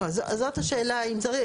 לא, זאת השאלה, אם צריך.